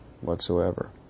whatsoever